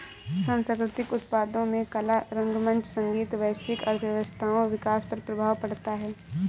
सांस्कृतिक उत्पादों में कला रंगमंच संगीत वैश्विक अर्थव्यवस्थाओं विकास पर प्रभाव पड़ता है